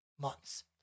Months